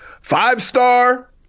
five-star